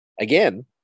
again